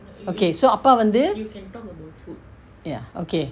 okay so அப்பா வந்து:appa vanthu ya okay